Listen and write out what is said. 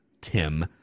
Tim